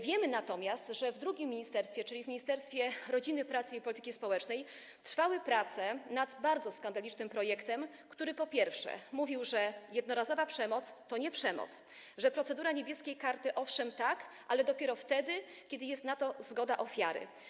Wiemy natomiast, że w tym drugim ministerstwie, czyli w Ministerstwie Rodziny, Pracy i Polityki Społecznej, trwały prace nad bardzo skandalicznym projektem, który, po pierwsze, mówił, że jednorazowa przemoc to nie przemoc, że procedura „Niebieskiej karty”, owszem, tak, ale dopiero wtedy, kiedy jest na to zgoda ofiary.